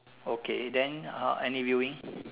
okay then uh any viewing